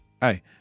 hey